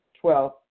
Twelve